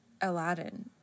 Aladdin